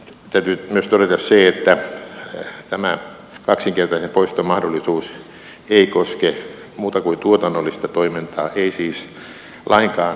täytyy myös todeta se että tämä kaksinkertaisen poiston mahdollisuus ei koske muuta kuin tuotannollista toimintaa ei siis lainkaan palveluyrityksiä